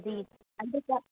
जी अधु त